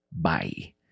Bye